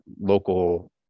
local